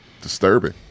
disturbing